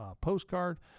postcard